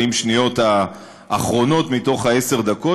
40 השניות האחרונות מתוך עשר הדקות,